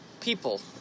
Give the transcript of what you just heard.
People